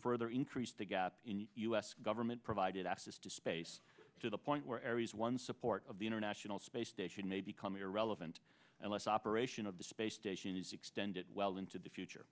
further increase the gap in the u s government provided access to space to the point where aries one support of the international space station may become irrelevant unless operation of the space station is extended well into the future